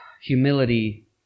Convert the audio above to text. humility